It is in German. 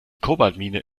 kobaltmine